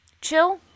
Chill